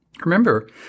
remember